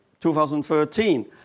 2013